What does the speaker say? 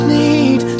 need